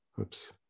Oops